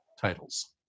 titles